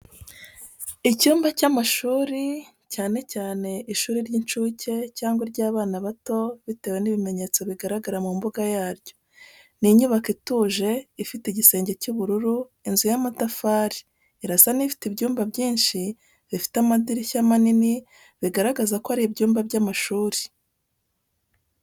Ikigo cy’amashuri, cyane cyane ishuri ry’incuke cyangwa iry’abana bato bitewe n’ibimenyetso bigaragara mu mbuga y'aryo. Ni inyubako ituje ifite igisenge cy’ubururu inzu y’amatafari irasa n’ifite ibyumba byinshi bifite amadirishya manini, bigaragaza ko ari ibyumba by’amashuri.